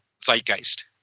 zeitgeist